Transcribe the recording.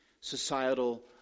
societal